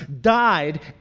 died